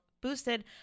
boosted